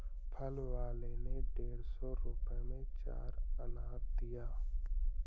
फल वाले ने डेढ़ सौ रुपए में चार अनार दिया